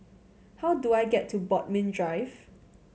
how do I get to Bodmin Drive